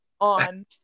On